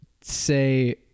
say